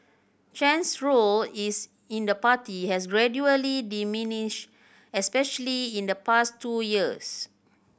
Chen's role is in the party has gradually diminished especially in the past two years